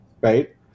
right